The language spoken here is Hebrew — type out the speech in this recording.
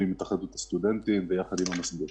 עם התאחדות הסטודנטים ועם המוסדות.